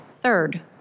Third